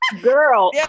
Girl